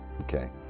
okay